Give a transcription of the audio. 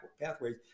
pathways